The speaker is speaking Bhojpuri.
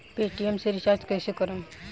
पेटियेम से रिचार्ज कईसे करम?